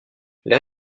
les